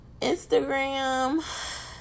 Instagram